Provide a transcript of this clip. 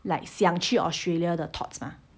like 想去 australia 的 thoughts mah